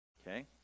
Okay